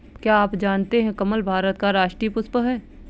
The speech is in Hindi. क्या आप जानते है कमल भारत का राष्ट्रीय पुष्प है?